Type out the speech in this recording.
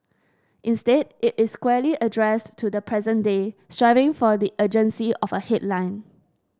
instead it is squarely addressed to the present day striving for the urgency of a headline